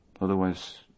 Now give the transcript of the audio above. Otherwise